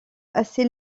assez